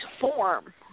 form